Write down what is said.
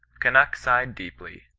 eunnuk sighed deeply,